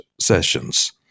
sessions